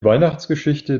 weihnachtsgeschichte